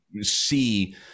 see